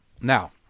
Now